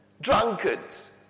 drunkards